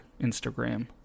Instagram